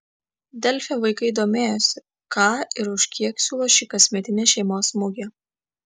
delfi vaikai domėjosi ką ir už kiek siūlo ši kasmetinė šeimos mugė